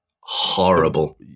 horrible